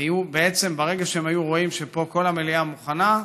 ברגע שהם היו רואים שפה כל המליאה מוכנה,